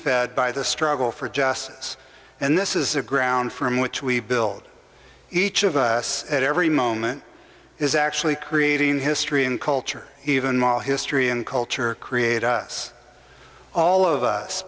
fed by the struggle for justice and this is the ground from which we build each of us at every moment is actually creating history and culture even while history and culture create us all of us